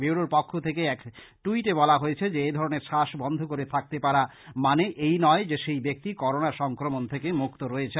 ব্যুরোর পক্ষ থেকে এক ট্যইটে বলা হয়েছে যে এধরণের শ্বাস বন্ধ করে থাকতে পারা মানে এই নয় যে সেই ব্যক্তি করোনা সংক্রমণ থেকে মুক্ত রয়েছেন